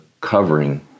covering